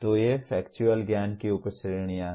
तो ये फैक्चुअल ज्ञान की उपश्रेणियाँ हैं